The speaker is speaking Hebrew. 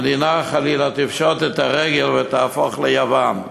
המדינה חלילה תפשוט את הרגל ותהפוך ליוון.